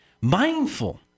Mindful